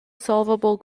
solvable